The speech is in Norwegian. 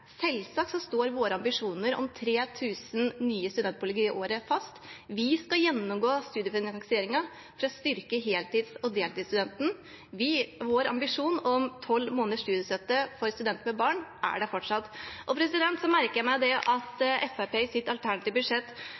Selvsagt står våre ambisjoner om 3 000 nye studentboliger i året fast. Vi skal gjennomgå studiefinansieringen for å styrke heltids- og deltidsstudenten. Vår ambisjon om 12 måneders studiestøtte for studenter med barn er der fortsatt. Jeg merker meg at Fremskrittspartiet i sitt alternative budsjett